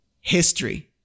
History